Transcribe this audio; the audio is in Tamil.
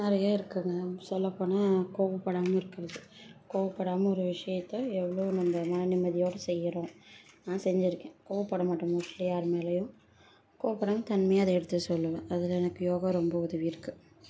நிறைய இருக்குதுங்க சொல்லப்போனால் கோவப்படாமல் இருக்கிறது கோவப்படாமல் ஒரு விஷயத்த எவ்வளோ நம்ம மனநிம்மதியோடு செய்கிறோம் நான் செஞ்சுருக்கேன் கோவப்படமாட்டேன் மோஸ்ட்லி யார்மேலேயும் கோவப்படாமல் தன்மையாக அதை எடுத்து சொல்லுவேன் அதில் எனக்கு யோகா ரொம்ப உதவியிருக்கு